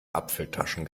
apfeltaschen